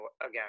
again